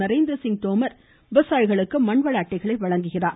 நரேந்திர சிங் தோமர் விவசாயிகளுக்கு மண்வள அட்டைகளை வழங்குகிறார்